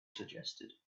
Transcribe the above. suggested